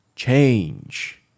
change